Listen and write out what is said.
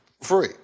free